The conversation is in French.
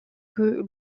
que